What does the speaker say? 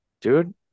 dude